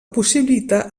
possibilita